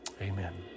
Amen